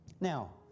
Now